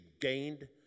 gained